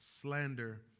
slander